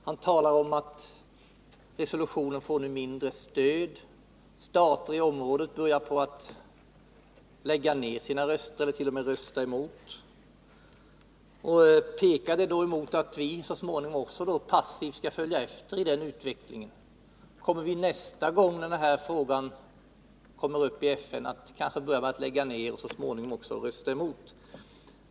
Han talar om att resolutionen nu får mindre stöd, stater i området börjar lägga ned sina röster eller t.o.m. rösta emot. Pekar det emot att vi så småningom passivt kommer att följa efter i den utvecklingen? Kommer vi nästa gång denna fråga behandlas i FN att lägga ned vår röst och kanske så småningom också rösta emot?